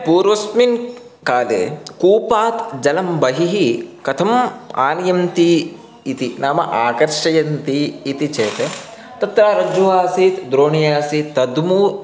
पूर्वस्मिन् काले कूपात् जलं बहिः जलं कथम् आनयन्ति इति नाम आकर्षयन्ति इति चेत् तत्र रज्जुः आसीत् द्रोणिः आसीत् तद्